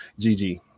gg